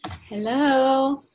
Hello